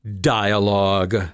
dialogue